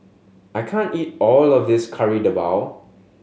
I can't eat all of this Kari Debal